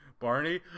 Barney